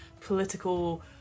political